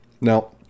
Now